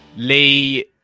Lee